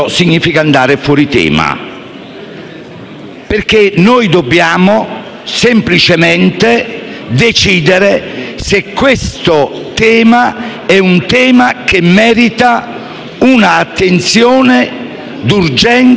perché noi dobbiamo semplicemente decidere se questo argomento merita un'attenzione d'urgenza da parte del Parlamento.